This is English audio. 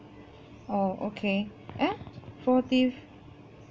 oh okay eh forty